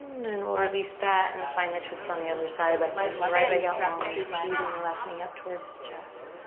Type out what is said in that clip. then we'll release that and find the twist on the other side by sending the right leg out long and squeezing the left knee up towards the chest.